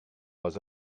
was